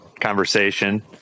conversation